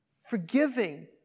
Forgiving